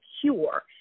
cure